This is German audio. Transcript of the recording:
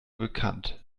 bekannt